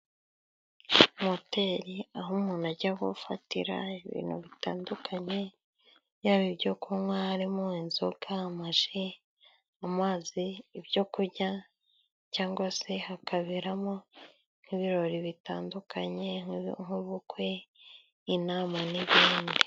Hoteri aho umuntu ajya gufatira ibintu bitandukanye yaba ibyo kunywa harimo inzoga, harimo amaji, amazi, ibyo kurya cyangwa se hakaberamo nk'ibirori bitandukanye nk'ubukwe, inama n'ibindi.